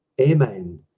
Amen